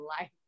life